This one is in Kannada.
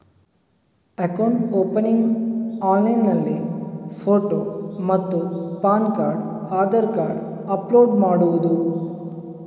ಅಕೌಂಟ್ ಓಪನಿಂಗ್ ಆನ್ಲೈನ್ನಲ್ಲಿ ಫೋಟೋ ಮತ್ತು PAN card Aadhaar card upload ಮಾಡುವುದು?